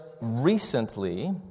recently